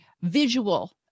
visual